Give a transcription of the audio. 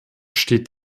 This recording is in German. steht